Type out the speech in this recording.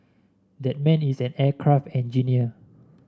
that man is an aircraft engineer